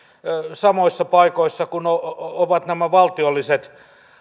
samoissa paikoissa kuin ovat nämä valtiolliset